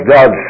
God